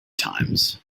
times